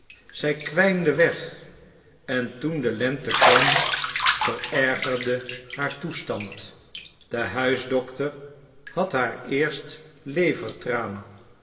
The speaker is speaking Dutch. zij kwijnde weg en toen de lente kwam verergerde haar toestand de huisdokter had haar eerst levertraan